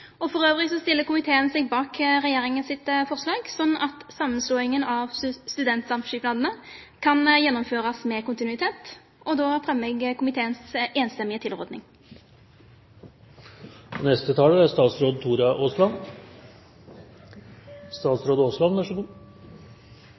For øvrig stiller komiteen seg bak regjeringens forslag, sånn at sammenslåingen av studentsamskipnadene kan gjennomføres med kontinuitet. Da anbefaler jeg komiteens enstemmige tilråding. Jeg er glad for komiteens enstemmige tilråding, og